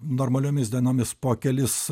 normaliomis dienomis po kelis